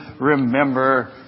remember